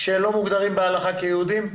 שלא מוגדרים בהלכה כיהודים?